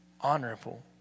honorable